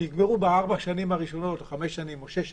יגמרו בארבע שנים הראשונות או חמש שנים או שש שנים,